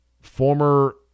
Former